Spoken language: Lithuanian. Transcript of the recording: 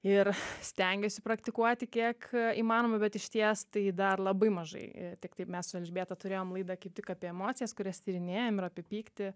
ir stengiuosi praktikuoti kiek įmanoma bet išties tai dar labai mažai tiktai mes su elžbieta turėjom laidą kaip tik apie emocijas kurias tyrinėjam ir apie pyktį